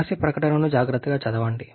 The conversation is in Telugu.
సమస్య ప్రకటనను జాగ్రత్తగా చదవండి